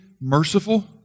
merciful